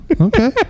Okay